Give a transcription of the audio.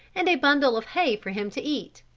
and a bundle of hay for him to eat.